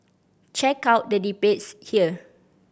check out the debates here